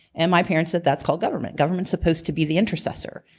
and my parents said, that's called government. government's supposed to be the intercessor.